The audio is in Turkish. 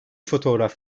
fotoğraf